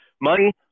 money